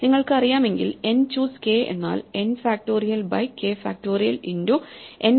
നിങ്ങൾക്ക് അറിയാം എങ്കിൽ n ചൂസ് k എന്നാൽ n factorial by k factorial into n minus k factorial ആണ്